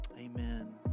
Amen